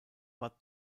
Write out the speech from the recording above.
war